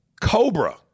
Cobra